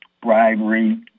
bribery